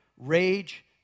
rage